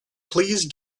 please